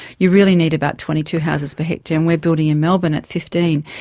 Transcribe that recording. you really need about twenty two houses per hectare, and we are building in melbourne at fifteen.